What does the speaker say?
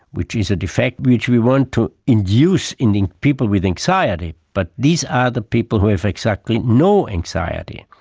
which is a defect which we want to induce in people with anxiety, but these are the people who have exactly no anxiety.